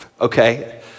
okay